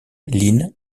lynn